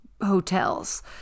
hotels